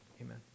amen